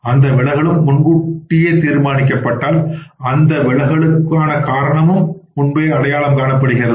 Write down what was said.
அந்த விலகலும் முன்கூட்டியேதீர்மானிக்கப்பட்டால் அந்த விலகலுக்கான காரணமும் முன்பேஅடையாளம் காணப்படுகிறது